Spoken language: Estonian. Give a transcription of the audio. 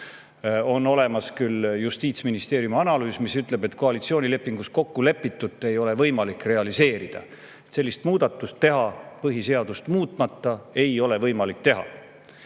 On olemas küll Justiitsministeeriumi analüüs, mis ütleb, et koalitsioonilepingus kokkulepitut ei ole võimalik realiseerida, sellist muudatust ei ole põhiseadust muutmata võimalik teha.